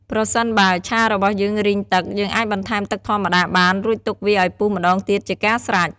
ប្រសិនបើ ឆារបស់យើងរីងទឹក យើងអាចបន្ថែមទឹកធម្មតាបាន រួចទុកវាឲ្យពុះម្តងទៀតជាការស្រេច។